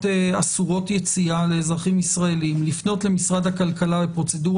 אסורות יציאה לאזרחים ישראלים לפנות למשרד הכלכלה בפרוצדורה